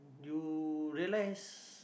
you realise